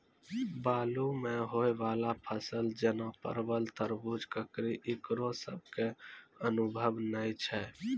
बालू मे होय वाला फसल जैना परबल, तरबूज, ककड़ी ईकरो सब के अनुभव नेय छै?